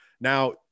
now